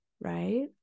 right